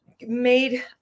made